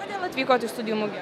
kodėl atvykote į studijų mugę